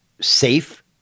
safe